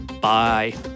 Bye